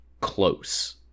close